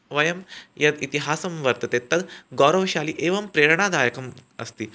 वयं यद् इतिहासः वर्तते तद् गौरवशाली एवं प्रेरणादायकः अस्ति